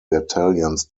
battalions